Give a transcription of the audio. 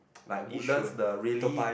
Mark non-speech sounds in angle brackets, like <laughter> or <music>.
<noise> like Woodlands the really